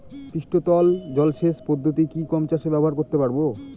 পৃষ্ঠতল জলসেচ পদ্ধতি কি গম চাষে ব্যবহার করতে পারব?